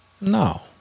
No